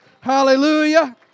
Hallelujah